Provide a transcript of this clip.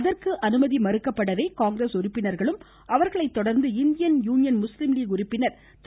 அதற்கு அனுமதி மறுக்கப்படவே காங்கிரஸ் உறுப்பினர்களும் அவர்களை தொடர்ந்து இந்தியன் யூனியன் முஸ்லீம் லீக் உறுப்பினர் திரு